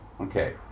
Okay